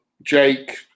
jake